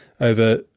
over